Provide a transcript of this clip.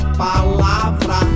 palavra